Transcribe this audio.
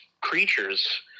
creatures